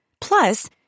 Plus